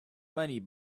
money